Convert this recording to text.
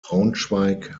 braunschweig